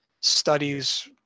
studies